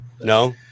No